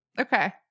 Okay